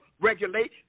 regulate